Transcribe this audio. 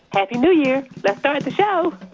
happy new year. let's start the show